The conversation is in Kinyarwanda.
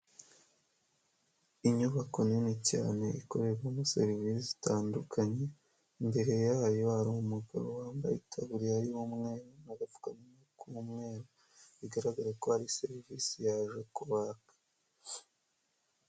Inyubako nini cyane ikorerwamo serivisi zitandukanye, imbere yayo hari umugabo wambaye itaburiya y'umweru n'agapfukama k'umweru, bigaragara ko hari serivisi yaje kubaka.